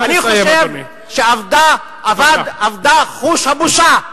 אני חושב שאבד חוש הבושה.